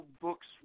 books